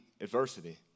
adversity